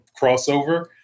crossover